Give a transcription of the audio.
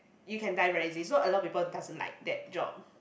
you can die very easy so a lot of people doesn't like that job